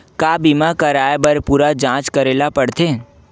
का बीमा कराए बर पूरा जांच करेला पड़थे?